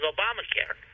Obamacare